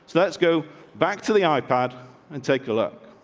let's go back to the ah ipad and take a look.